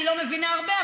אני לא מבינה הרבה,